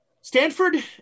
Stanford